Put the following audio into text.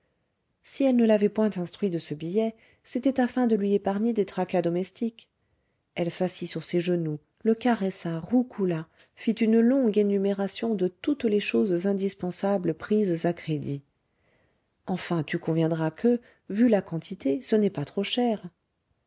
si elle ne l'avait point instruit de ce billet c'était afin de lui épargner des tracas domestiques elle s'assit sur ses genoux le caressa roucoula fit une longue énumération de toutes les choses indispensables prises à crédit enfin tu conviendras que vu la quantité ce n'est pas trop cher